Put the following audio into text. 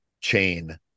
chain